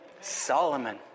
Solomon